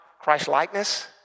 Christ-likeness